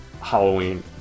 Halloween